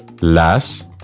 Las